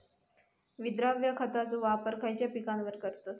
विद्राव्य खताचो वापर खयच्या पिकांका करतत?